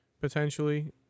potentially